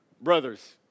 brothers